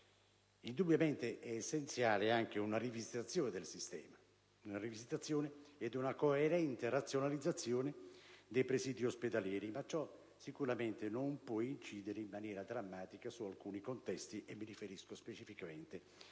Indubbiamente è essenziale anche una rivisitazione del sistema ed una coerente razionalizzazione dei presidi ospedalieri, ma ciò sicuramente non può incidere in maniera drammatica su alcuni contesti. Mi riferisco specificamente